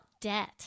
debt